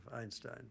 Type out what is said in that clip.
Einstein